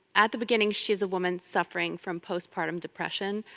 at the beginning she's a woman suffering from postpartum depression.